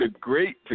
great